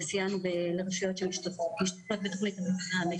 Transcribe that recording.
שיתוף הפעולה הזה, אני